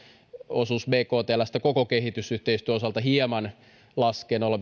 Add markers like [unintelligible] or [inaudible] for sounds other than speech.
osuus bktlstä koko kehitysyhteistyön osalta hieman laskee nolla [unintelligible]